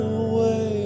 away